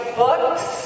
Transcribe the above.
books